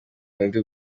undi